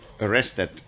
arrested